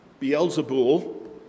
Beelzebul